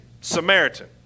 Samaritan